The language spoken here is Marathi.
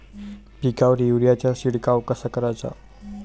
पिकावर युरीया चा शिडकाव कसा कराचा?